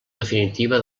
definitiva